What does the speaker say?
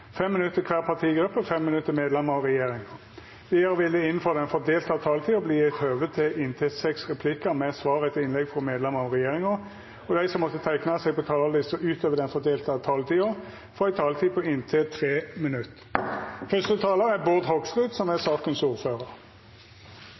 minutt til kvar partigruppe og 3 minutt til medlemer av regjeringa. Vidare vil det – innanfor den fordelte taletida – verta gjeve anledning til inntil seks replikkar med svar etter innlegg frå medlemer av regjeringa, og dei som måtte teikna seg på talarlista utover den fordelte taletida, får også ei taletid på inntil 3 minutt. Saka gjeld lokalisering av det samanslåtte GIEK og Eksportkreditt, som